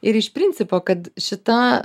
ir iš principo kad šita